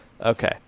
Okay